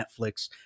Netflix